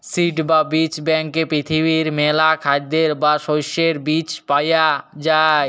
seed বা বীজ ব্যাংকে পৃথিবীর মেলা খাদ্যের বা শস্যের বীজ পায়া যাই